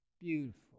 Beautiful